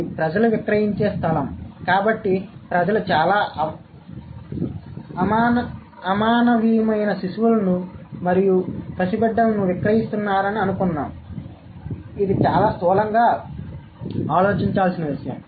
ఇది ప్రజలు విక్రయించే స్థలం కాబట్టి ప్రజలు చాలా అమానవీయమైన శిశువులను మరియు పసిబిడ్డలను విక్రయిస్తున్నారని అనుకుందాం ఇది చాలా స్థూలంగా ఆలోచించాల్సిన విషయం